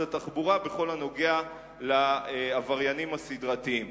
התחבורה בכל הנוגע לעבריינים הסדרתיים.